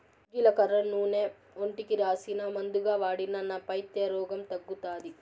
జీలకర్ర నూనె ఒంటికి రాసినా, మందుగా వాడినా నా పైత్య రోగం తగ్గుతాది